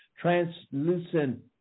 translucent